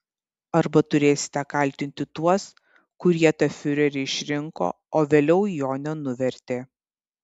arba turėsite kaltinti tuos kurie tą fiurerį išrinko o vėliau jo nenuvertė